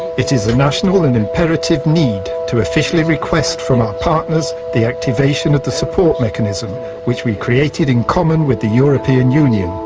it is a national and imperative need to officially request from our partners the activation of the support mechanism which we created in common with the european union.